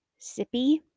sippy